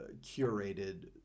curated